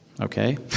Okay